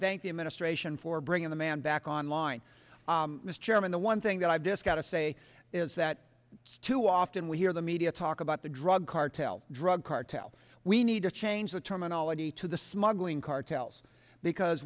thank the administration for bringing the man back on line mr chairman the one thing that i've discussed to say is that too often we hear the media talk about the drug cartel drug cartel we need to change the terminology to the smuggling cartels because